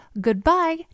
goodbye